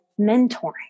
mentoring